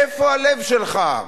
איפה הלב שלך?